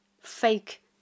fake